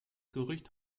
gerücht